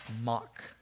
mock